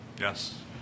Yes